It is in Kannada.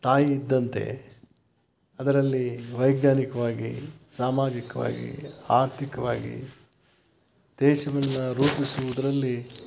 ತಾಯಿ ಇದ್ದಂತೆ ಅದರಲ್ಲಿ ವೈಜ್ಞಾನಿಕವಾಗಿ ಸಾಮಾಜಿಕವಾಗಿ ಆರ್ಥಿಕವಾಗಿ ದೇಶವನ್ನು ರೂಪಿಸುವುದರಲ್ಲಿ